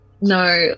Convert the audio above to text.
No